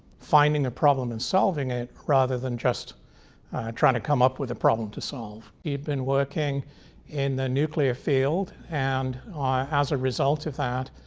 finding a problem and solving it rather than just trying to come up with a problem to solve. he'd been working in the nuclear field and as a result of that,